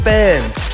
Bands